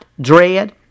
dread